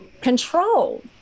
control